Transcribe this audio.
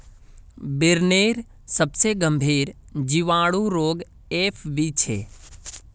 बिर्निर सबसे गंभीर जीवाणु रोग एफ.बी छे